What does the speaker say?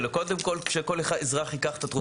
--- קודם כול שכל אזרח ייקח את התרופה שהוא צריך.